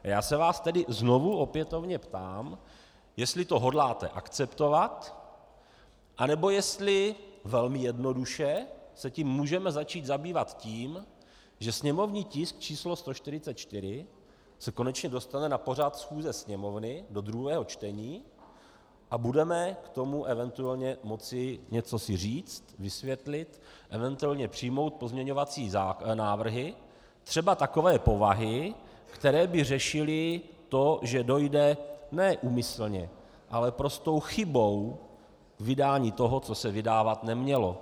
Já se vás tedy znovu, opětovně ptám, jestli to hodláte akceptovat, anebo jestli velmi jednoduše se tím můžeme začít zabývat tím, že sněmovní tisk číslo 144 se konečně dostane na pořad schůze Sněmovny do druhého čtení a budeme k tomu eventuálně něco moci si říct, vysvětlit, eventuálně přijmout pozměňovací návrhy třeba takové povahy, které by řešily to, že dojde ne úmyslně, ale prostou chybou k vydání toho, co se vydávat nemělo.